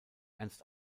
ernst